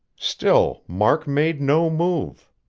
still mark made no move.